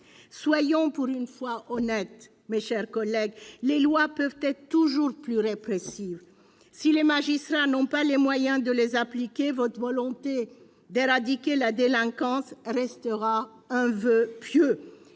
Soyons pour une fois honnêtes, mes chers collègues, les lois peuvent être toujours plus répressives, si les magistrats n'ont pas les moyens de les appliquer, votre volonté d'éradiquer la délinquance restera un voeu pieux